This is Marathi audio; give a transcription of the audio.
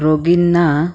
रोगींना